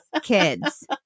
kids